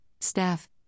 staff